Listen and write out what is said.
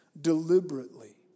deliberately